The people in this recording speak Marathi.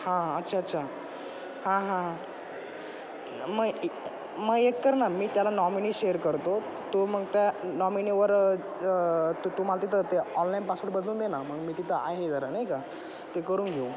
हां अच्छा अच्छा हां हां हां मग मग एक कर ना मी त्याला नॉमिनी शेअर करतो तो मग त्या नॉमिनीवर तु तुम्हाला तिथं ते ऑनलाईन पासवर्ड बदलून दे ना मग मी तिथं आहे ना जरा नाही का ते करून घेऊ